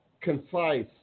concise